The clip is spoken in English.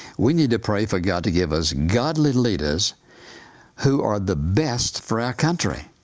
we need to pray for god to give us godly leaders who are the best for our country.